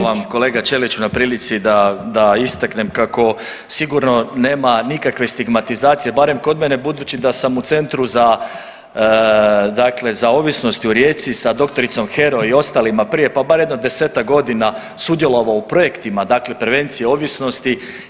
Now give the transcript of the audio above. Hvala vam kolega Ćeliću na prilici da istaknem kako sigurno nema nikakve stigmatizacije barem kod mene budući da sam u Centru za ovisnost u Rijeci sa dr. Hero i ostalima prije, pa bar jedno desetak godina sudjelovao u projektima, dakle prevencije ovisnosti.